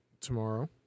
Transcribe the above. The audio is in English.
tomorrow